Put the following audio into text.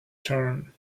turn